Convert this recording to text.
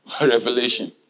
Revelation